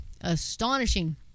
Astonishing